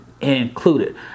included